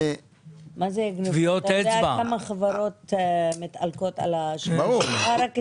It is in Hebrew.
אתה יודע כמה חברות מתעלקות על כרטיסי האשראי?